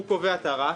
הוא קובע את הרף,